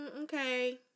okay